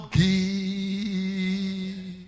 give